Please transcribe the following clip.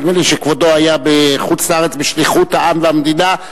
נדמה לי שכבודו היה בחוץ-לארץ בשליחות העם והמדינה,